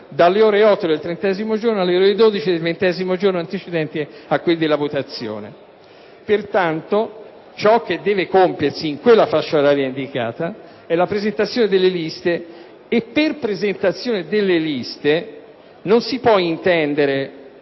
dalle ore 8 del trentesimo giorno alle ore 12 del ventinovesimo giorno antecedente a quelli della votazione». Pertanto, ciò che deve compiersi nella fascia oraria indicata è la presentazione delle liste, e con tale espressione non si può intendere